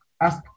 ask